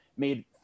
made